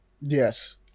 Yes